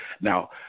Now